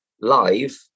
live